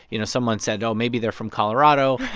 you know, someone said, oh, maybe they're from colorado.